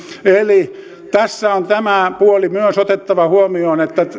eli tässä on myös tämä puoli otettava huomioon että